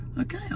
Okay